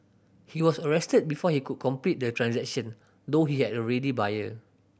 he was arrested before he could complete the transaction though he had a ready buyer